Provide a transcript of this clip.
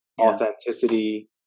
authenticity